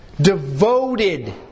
Devoted